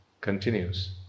continues